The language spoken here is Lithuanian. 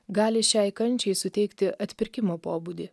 gali šiai kančiai suteikti atpirkimo pobūdį